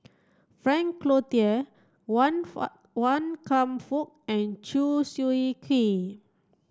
Frank Cloutier Wan Wan Kam Fook and Chew Swee Kee